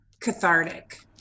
cathartic